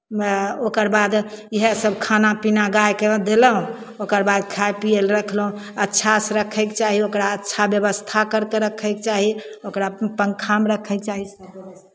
ओकर बाद इएहसभ खाना पीना गायकेँ देलहुँ ओकर बाद खाइ पियै लए रखलहुँ अच्छासँ रखयके चाही ओकरा अच्छा व्यवस्था करि कऽ रखयके चाही ओकरा पंखामे रखयके चाही